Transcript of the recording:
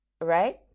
right